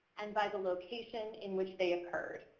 and by the location in which they occurred.